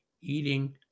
eating